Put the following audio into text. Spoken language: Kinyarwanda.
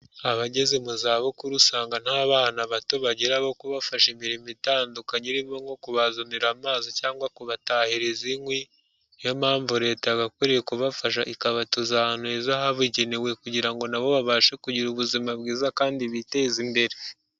Abageze mu zabukuru usanga nta bana bato bagira bo kubafasha imirimo itandukanye, irimo nko kubazanira amazi cyangwa kubatahiriza inkwi, ni yo mpamvu leta yagakwiriye kubafasha ikabatuza ahantu heza habugenewe kugira ngo nabo babashe kugira ubuzima bwiza kandi biteza imbere.